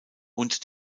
und